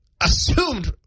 assumed